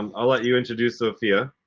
um i'll let you introduce sophia,